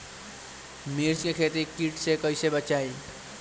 मिर्च के खेती कीट से कइसे बचाई?